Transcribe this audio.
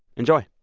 enjoy